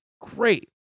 great